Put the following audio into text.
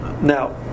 Now